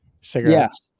cigarettes